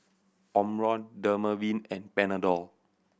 Omron Dermaveen and Panadol